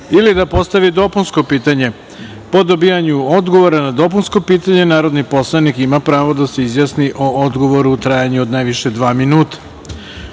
ili da postavi dopunsko pitanje. Po dobijanju odgovora na dopunsko pitanje narodni poslanik ima pravo da izjasni odgovoru, u trajanju od najviše dva minuta.U